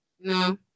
No